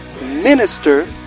minister